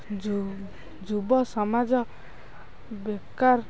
ଯୁବ ସମାଜ ବେକାର